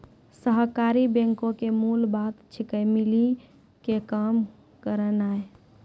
सहकारी बैंको के मूल बात छिकै, मिली के काम करनाय